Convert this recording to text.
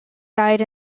died